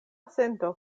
sento